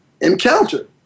encounter